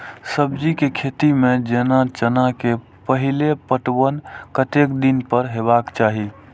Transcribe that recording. सब्जी के खेती में जेना चना के पहिले पटवन कतेक दिन पर हेबाक चाही?